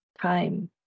time